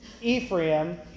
Ephraim